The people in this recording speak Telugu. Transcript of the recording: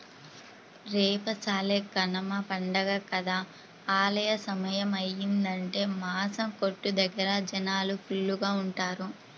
రేపసలే కనమ పండగ కదా ఆలస్యమయ్యిందంటే మాసం కొట్టు దగ్గర జనాలు ఫుల్లుగా ఉంటారు